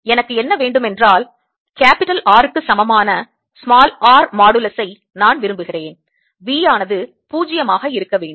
எனக்கு என்ன வேண்டுமென்றால் R க்கு சமமான r மாடுலசை நான் விரும்புகிறேன் V ஆனது 0 ஆக இருக்க வேண்டும்